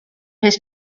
his